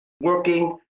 working